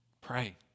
Pray